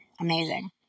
amazing